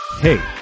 Hey